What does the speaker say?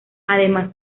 además